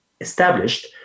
established